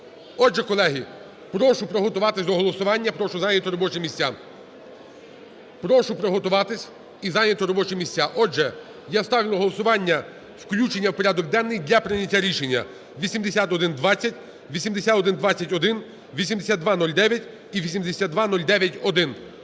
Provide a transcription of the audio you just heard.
Отже, колеги, прошу приготуватись до голосування, прошу зайняти робочі місця. Прошу приготуватись і зайняти робочі місця. Отже, я ставлю на голосування включення в порядок денний для прийняття рішення 8120, 8121, 8209 і 8209-1.